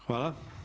Hvala.